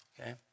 Okay